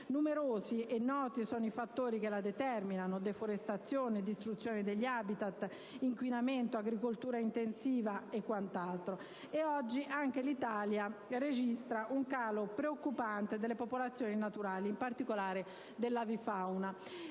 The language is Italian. Numerosi e noti sono i fattori che la determinano: deforestazione, distruzione degli *habitat*, inquinamento, agricoltura intensiva e quant'altro, e oggi anche l'Italia registra un calo preoccupante delle popolazioni naturali, in particolare dell'avifauna.